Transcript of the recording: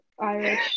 Irish